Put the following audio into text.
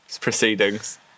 proceedings